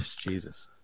Jesus